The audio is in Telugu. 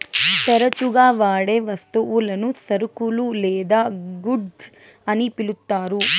తరచుగా వాడే వస్తువులను సరుకులు లేదా గూడ్స్ అని పిలుత్తారు